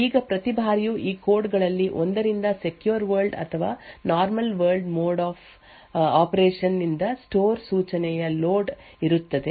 ಈಗ ಪ್ರತಿ ಬಾರಿಯೂ ಈ ಕೋಡ್ ಗಳಲ್ಲಿ ಒಂದರಿಂದ ಸೆಕ್ಯೂರ್ ವರ್ಲ್ಡ್ ಅಥವಾ normal world mode of operation ನಿಂದ ಸ್ಟೋರ್ ಸೂಚನೆಯ ಲೋಡ್ ಇರುತ್ತದೆ